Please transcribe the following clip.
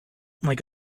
like